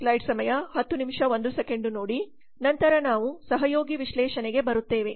ನಂತರ ನಾವು ಸಹಯೋಗಿ ವಿಶ್ಲೇಷಣೆಗೆ ಬರುತ್ತೇವೆ